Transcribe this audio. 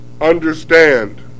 Understand